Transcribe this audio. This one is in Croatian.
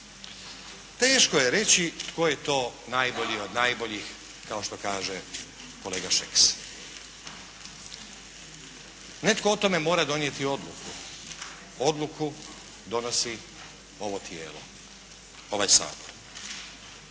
Teško je reći tko je to najbolji od najboljih kao što kaže kolega Šeks. Netko o tome mora donijeti odluku. Odluku donosi ovo tijelo, ovaj Sabor.